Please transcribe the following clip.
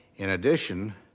in addition,